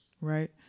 right